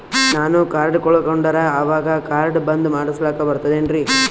ನಾನು ಕಾರ್ಡ್ ಕಳಕೊಂಡರ ಅವಾಗ ಕಾರ್ಡ್ ಬಂದ್ ಮಾಡಸ್ಲಾಕ ಬರ್ತದೇನ್ರಿ?